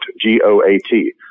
g-o-a-t